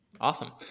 Awesome